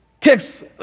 kicks